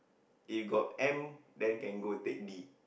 if got M then can go take D